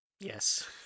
Yes